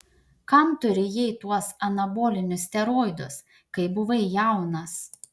kam tu rijai tuos anabolinius steroidus kai buvai jaunas